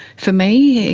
for me,